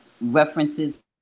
references